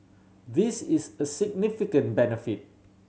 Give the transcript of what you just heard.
this is a significant benefit